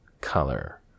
color